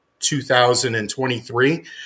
2023